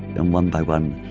and one by one,